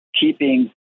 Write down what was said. keeping